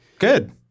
good